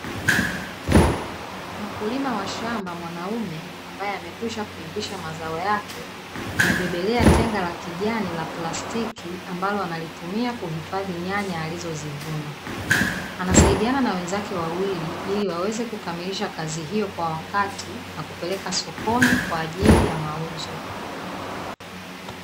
Mkulima wa shamba mwanaume ambaye amekwisha kuivisha mazao yake amebebelea tenga la kijani la plastiki, ambalo analitumia kihifadhi nyanya alizozivuna, anasaidiana na wenzake wawili iliwaweze kukamilisha kazi hiyo kwa wakati na kupeleka sokoni kwa ajili ya mauzo.